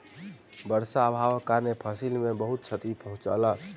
वर्षा अभावक कारणेँ फसिल के बहुत क्षति पहुँचल